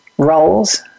roles